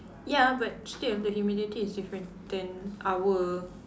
ya but still the humidity is different than our